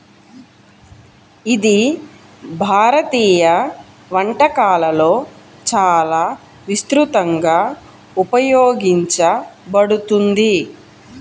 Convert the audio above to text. ఇది భారతీయ వంటకాలలో చాలా విస్తృతంగా ఉపయోగించబడుతుంది